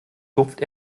tupft